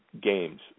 games